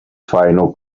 final